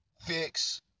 fix